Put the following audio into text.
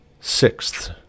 sixth